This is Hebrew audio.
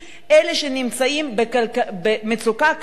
אלה שנמצאים במצוקה כלכלית,